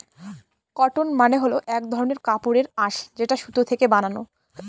cotton মানে হল এক ধরনের কাপড়ের আঁশ যেটা সুতো থেকে বানানো